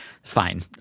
Fine